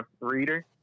reader